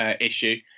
issue